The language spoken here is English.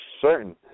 certain